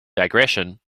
digression